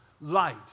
light